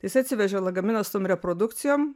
jisai atsivežė lagaminą su tom reprodukcijom